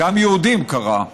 וגם ליהודים קרה,